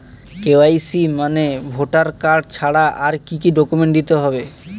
KYC মানে voter card ছাড়া আর কি কি ডকুমেন্ট দিতে হবে?